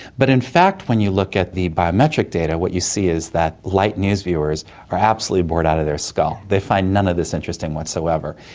but in fact when you look at the biometric data, what you see is that light news viewers are absolutely bored out of their skull, they find none of this interesting whatsoever.